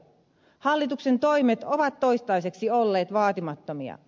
hallituksen toimet ovat toistaiseksi olleet vaatimattomia